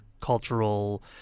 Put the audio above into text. cultural